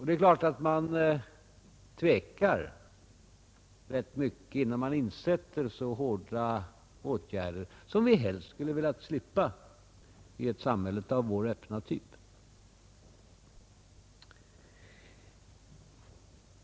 Det är klart att man tvekar rätt mycket innan man insätter så hårda åtgärder, vilka vi helst skulle ha velat slippa i ett samhälle av vår öppna typ.